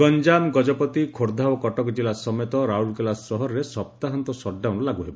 ଗଞ୍ଠାମ ଗଜପତି ଖୋର୍ବ୍ଧା ଓ କଟକ ଜିଲ୍ଲା ସମେତ ରାଉରକେଲା ସହରରେ ସପ୍ତାହନ୍ତ ସଟ୍ତାଉନ୍ ଲାଗୁ ହେବ